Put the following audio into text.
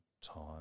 time